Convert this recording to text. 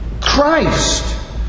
Christ